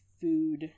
food